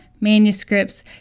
manuscripts